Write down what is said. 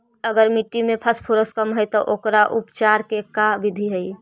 अगर मट्टी में फास्फोरस कम है त ओकर उपचार के का बिधि है?